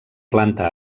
planta